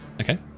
Okay